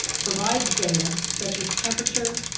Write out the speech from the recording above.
provides data such as temperature,